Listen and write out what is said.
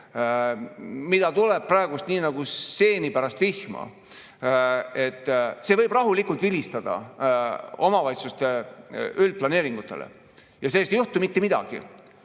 neid tuleb praegu nii nagu seeni pärast vihma – võib rahulikult vilistada omavalitsuste üldplaneeringutele ja sellest ei juhtu mitte midagi.